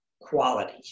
quality